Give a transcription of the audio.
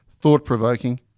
thought-provoking